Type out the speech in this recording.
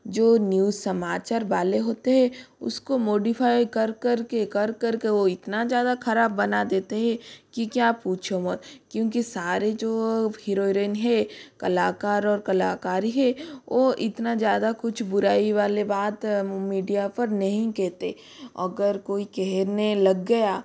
जो न्यूज़ समाचार वाले होते हैं उसको मोडीफाई कर कर के कर कर के वो इतना ज़्यादा ख़राब बना देते हैं कि क्या पूछो मत क्योंकि सारे जो हीरो हिरोइन हैं कलाकार और कलाकारी हैं वो इतना ज़्यादा कुछ बुराई वाले बात मीडिया पर नहीं कहते अगर कोई कहने लग गया